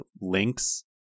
links